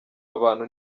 abantu